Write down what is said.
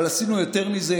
אבל עשינו יותר מזה,